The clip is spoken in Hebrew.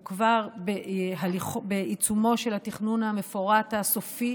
הוא כבר בעיצומו של התכנון המפורט הסופי,